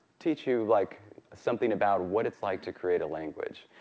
teach you like something about what it's like to create a language.